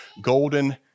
Golden